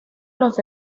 los